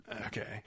Okay